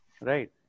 Right